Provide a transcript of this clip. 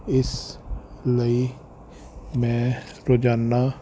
ਇਸ ਲਈ ਮੈਂ ਰੋਜ਼ਾਨਾ